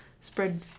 spread